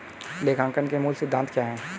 लेखांकन के मूल सिद्धांत क्या हैं?